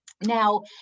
Now